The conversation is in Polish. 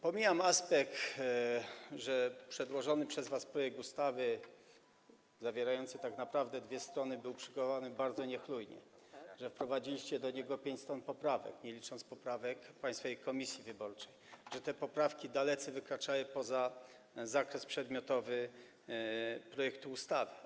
Pomijam to, że przedłożony przez was projekt ustawy zawierający tak naprawdę 2 strony był przygotowany bardzo niechlujnie, że wprowadziliście do niego 5 stron poprawek, a nie liczę tu poprawek Państwowej Komisji Wyborczej, że te poprawki dalece wykraczały poza zakres przedmiotowy projektu ustawy.